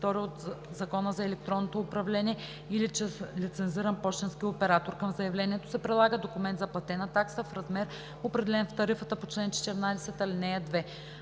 и 22 от Закона за електронното управление или чрез лицензиран пощенски оператор. Към заявлението се прилага документ за платена такса в размер, определен в тарифата по чл. 14, ал. 2.